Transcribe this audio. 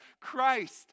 Christ